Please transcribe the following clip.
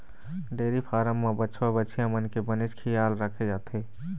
dairy farm म बछवा, बछिया मन के बनेच खियाल राखे जाथे